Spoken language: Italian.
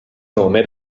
nome